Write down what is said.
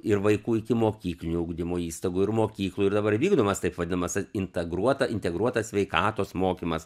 ir vaikų ikimokyklinių ugdymo įstaigų ir mokyklų ir dabar vykdomas taip vadinamas intagruota integruotas sveikatos mokymas